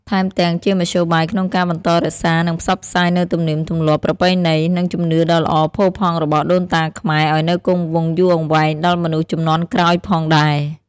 ថែមទាំងជាមធ្យោបាយក្នុងការបន្តរក្សា និងផ្សព្វផ្សាយនូវទំនៀមទម្លាប់ ប្រពៃណី និងជំនឿដ៏ល្អផូរផង់របស់ដូនតាខ្មែរឲ្យនៅគង់វង្សយូរអង្វែងដល់មនុស្សជំនាន់ក្រោយផងដែរ។